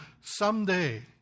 someday